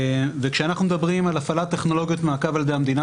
וכשאנחנו מדברים על הפעלת טכנולוגיות מעקב על ידי המדינה,